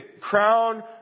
crown